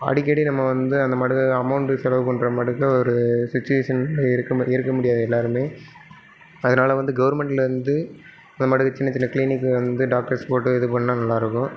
அடிக்கடி நம்ம வந்து அந்தமாதிரி அமௌண்டு செலவு பண்ணுறமாரிதான் ஒரு சுச்சுவேஷன் இருக்க இருக்க முடியாது எல்லாருமே அதனால வந்து கவர்மெண்ட்டில் வந்து அந்த மாதிரி சின்னச்சின்ன கிளினிக்கு வந்து டாக்ட்டர்ஸ் போட்டு இது பண்ணா நல்லாயிருக்கும்